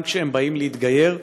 גם כשהם באים להתגייר,